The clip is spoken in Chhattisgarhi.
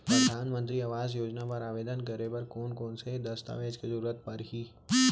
परधानमंतरी आवास योजना बर आवेदन करे बर कोन कोन से दस्तावेज के जरूरत परही?